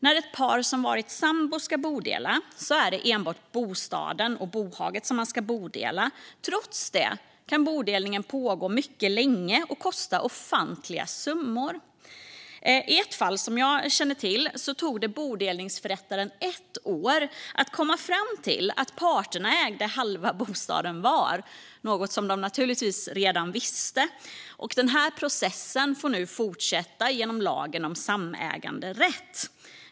När ett par som varit sambo ska bodela är det enbart bostaden och bohaget som ska bodelas. Trots det kan bodelningen pågå mycket länge och kosta ofantliga summor. I ett fall som jag känner till tog det bodelningsförrättaren ett år att komma fram till att parterna ägde halva bostaden var, något de såklart redan visste. Processen får nu fortsätta genom lagen om samäganderätt.